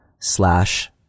slash